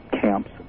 camps